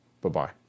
Bye-bye